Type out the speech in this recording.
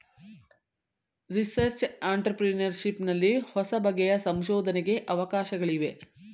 research entrepreneurship ನಲ್ಲಿ ಹೊಸಬಗೆಯ ಸಂಶೋಧನೆಗೆ ಅವಕಾಶಗಳಿವೆ